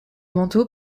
manteau